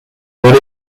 würde